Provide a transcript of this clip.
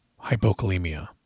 hypokalemia